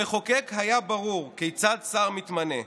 המחוקק היה ברור: כיצד שר מתמנה,